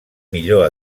millor